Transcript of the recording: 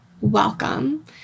welcome